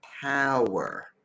Power